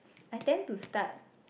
I tend to start